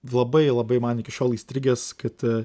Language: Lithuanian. labai labai man iki šiol įstrigęs kad